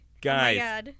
Guys